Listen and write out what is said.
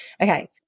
okay